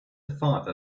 father